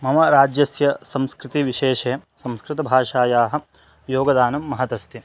मम राज्यस्य संस्कृतिविशेषे संस्कृतभाषायाः योगदानं महदस्ति